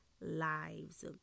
lives